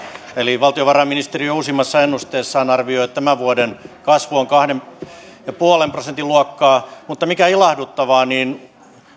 eli valtiovarainministeriö uusimmassa ennusteessaan arvioi että tämän vuoden kasvu on kahden pilkku viiden prosentin luokkaa mutta mikä ilahduttavaa se